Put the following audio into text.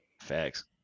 Facts